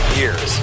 years